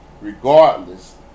regardless